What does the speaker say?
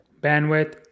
bandwidth